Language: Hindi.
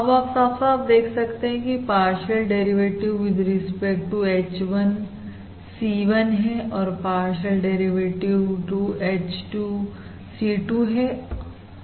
अब आप साफ साफ देख सकते हैं कि partial derivative with respect to H1 C1 है और partial derivative with respect to H2 C2 है